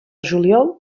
juliol